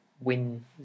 win